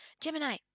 Gemini